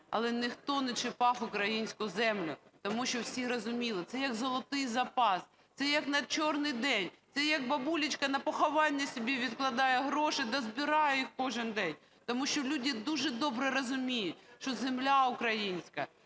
але ніхто не чіпав українську землю. Тому що всі розуміли, це як золотий запас, це як на чорний день, це як бабулечка на поховання собі відкладає гроші та збирає їх кожен день. Тому що люди дуже добре розуміють, що земля українська